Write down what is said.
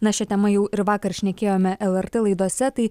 na šia tema jau ir vakar šnekėjome lrt laidose tai